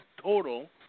total